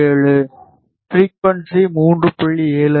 7 frequency 3